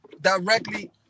directly